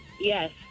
Yes